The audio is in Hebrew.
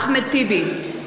אחמד טיבי,